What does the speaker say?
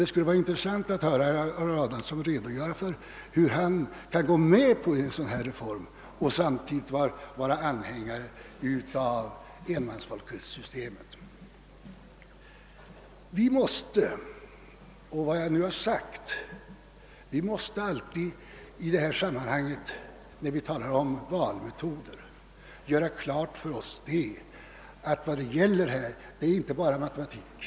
Det skulle vara intressant att höra herr Adamsson redogöra för hur han kan gå med på den föreslagna reformen och samtidigt vara anhängare av systemet med enmansvalkretsar. Vi måste alltid, när vi talar om valmetoder, göra klart för oss att det här inte bara gäller matematik.